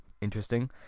interesting